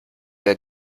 wer